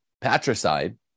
patricide